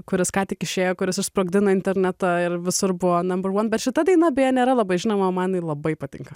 kuris ką tik išėjo kuris susprogdina internetą ir visur buvo namber vuan bet šita daina beje nėra labai žinoma man ji labai patinka